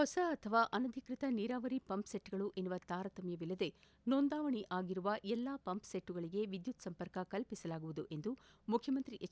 ಹೊಸ ಅಥವಾ ಅನಧಿಕೃತ ನೀರಾವರಿ ಪಂಪ್ಸೆಟ್ಗಳೆಂಬ ತಾರತಮ್ಯವಿಲ್ಲದೆ ನೋಂದಾವಣಿ ಆಗಿರುವ ಎಲ್ಲಾ ಪಂಪ್ಸೆಟ್ಗಳಿಗೆ ವಿದ್ಯುತ್ ಸಂಪರ್ಕ ಕಲ್ಪಿಸಲಾಗುವುದು ಎಂದು ಮುಖ್ಯಮಂತ್ರಿ ಎಚ್